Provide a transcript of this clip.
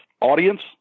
audience